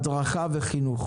הדרכה וחינוך.